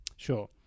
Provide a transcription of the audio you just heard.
sure